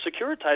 securitized